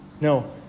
No